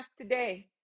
today